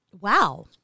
Wow